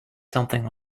something